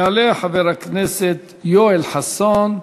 יעלה חבר הכנסת יואל חסון.